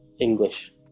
English